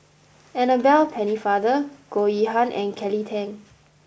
Annabel Pennefather Goh Yihan and Kelly Tang